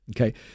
Okay